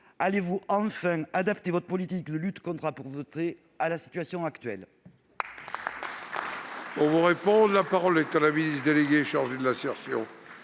allez-vous enfin adapter votre politique de lutte contre la pauvreté à la situation actuelle ?